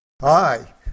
Hi